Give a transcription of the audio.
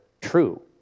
true